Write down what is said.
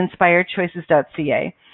InspiredChoices.ca